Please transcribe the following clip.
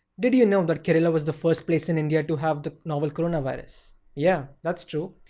did you know that kerala was the first place in india to have the novel coronavirus? yeah that's true.